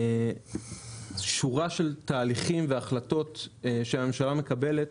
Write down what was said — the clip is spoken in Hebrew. שורה של תהליכים והחלטות שהממשלה מקבלת